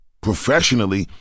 professionally